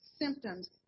symptoms